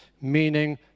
meaning